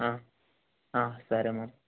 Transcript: సరే మరి